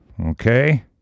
okay